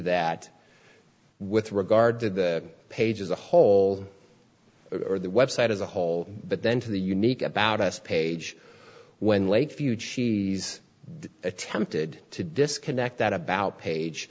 that with regard to the page as a whole or the website as a whole but then to the unique about us page when lakeview cheese attempted to disconnect that about page